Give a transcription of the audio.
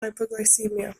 hypoglycemia